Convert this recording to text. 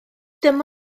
dyma